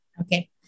okay